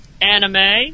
anime